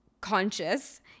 conscious